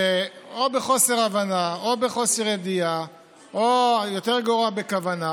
בחוסר הבנה או בחוסר ידיעה או יותר גרוע, בכוונה,